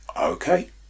Okay